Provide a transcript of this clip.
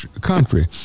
country